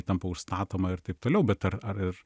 tampa užstatoma ir taip toliau bet ar ar ir